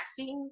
texting